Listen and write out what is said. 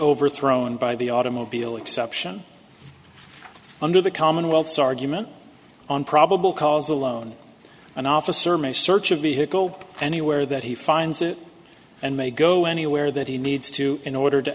overthrown by the automobile exception under the commonwealth's argument on probable cause alone an officer may search a vehicle anywhere that he finds it and may go anywhere that he needs to in order to